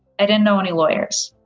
i didn't know any lawyers.